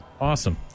Awesome